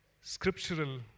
scriptural